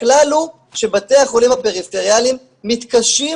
הכלל הוא שבתי החולים הפריפריאליים מתקשים